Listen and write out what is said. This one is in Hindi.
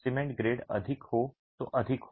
सीमेंट ग्रेड अधिक हो तो अधिक हो